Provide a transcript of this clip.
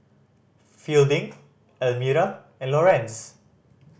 Fielding Elmira and Lorenz